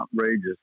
outrageous